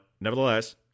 nevertheless